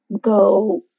go